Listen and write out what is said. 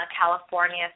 California